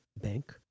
bank